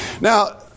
Now